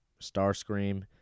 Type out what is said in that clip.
Starscream